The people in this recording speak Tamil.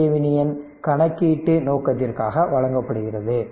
Voc VThevenin கணக்கீட்டு நோக்கத்திற்காக வழங்கப்படுகிறது